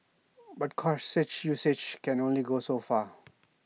but cautious usage can only go so far